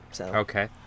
Okay